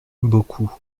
beaucoup